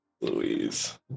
Louise